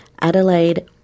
Adelaide